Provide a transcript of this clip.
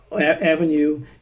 avenue